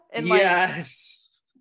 Yes